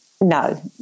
no